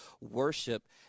worship